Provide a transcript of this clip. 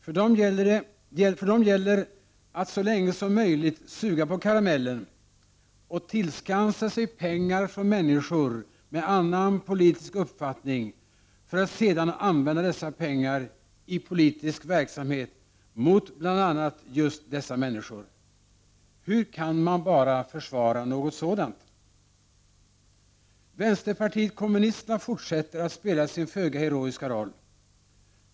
För dem gäller att så länge som möjligt suga på karamellen och tillskansa sig pengar från människor med annan politisk uppfattning för att sedan använda dessa pengar i politisk verksamhet mot bl.a. just dessa människor. Hur kan man bara försvara något sådant? Vänsterpartiet kommunisterna fortsätter att spela sin föga heroiska roll.